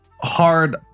Hard